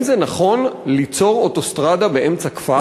זה נכון ליצור אוטוסטרדה באמצע כפר?